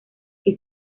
que